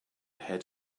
head